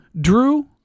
Drew